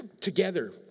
together